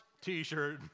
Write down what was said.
T-shirt